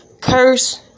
curse